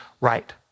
right